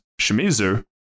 Shimizu